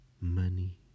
money